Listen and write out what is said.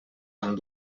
amb